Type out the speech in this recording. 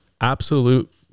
absolute